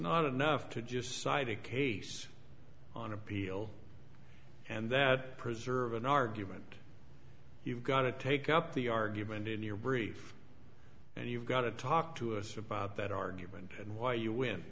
not enough to just cite a case on appeal and that preserve an argument you've got to take up the argument in your brief and you've got to talk to us about that argument and why you win